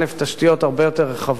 תשתיות הרבה יותר רחבות,